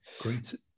Great